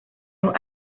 los